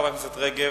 כבוד היושב-ראש,